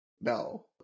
No